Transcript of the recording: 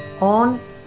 on